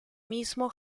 mismo